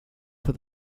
for